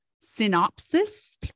synopsis